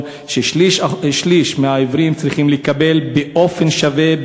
ששליש מהעיוורים צריכים לקבל באופן שווה,